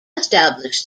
established